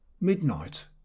Midnight